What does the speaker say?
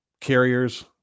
carriers